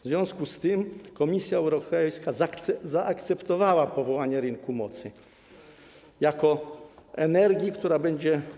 W związku z tym Komisja Europejska zaakceptowała powołanie rynku mocy jako rynku energii, która będzie.